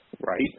Right